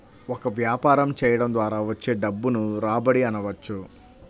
ఒక వ్యాపారం చేయడం ద్వారా వచ్చే డబ్బును రాబడి అనవచ్చు